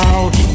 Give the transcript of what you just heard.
Out